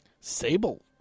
Sable